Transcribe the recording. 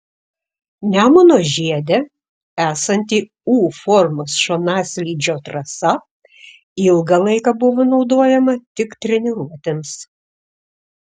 nemuno žiede esanti u formos šonaslydžio trasa ilgą laiką buvo naudojama tik treniruotėms